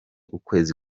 ukwezi